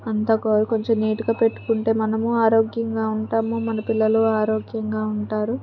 అంతా కూడా కొంచెం నీటుగా పెట్టుకుంటే మనము ఆరోగ్యంగా ఉంటాము మన పిల్లలు ఆరోగ్యంగా ఉంటారు